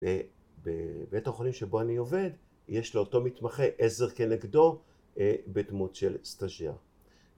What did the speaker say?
‫ובבית החולים שבו אני עובד, ‫יש לאותו מתמחה עזר כנגדו ‫בדמות של סטאג'ר.